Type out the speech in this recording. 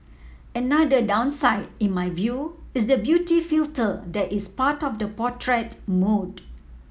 another downside in my view is the beauty filter that is part of the portrait mode